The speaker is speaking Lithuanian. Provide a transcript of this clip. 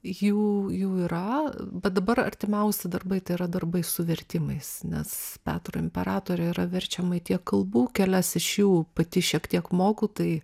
jų jų yra bet dabar artimiausi darbai tai yra darbai su vertimais nes petro imperatorė yra verčiama į tiek kalbų kelias iš jų pati šiek tiek moku tai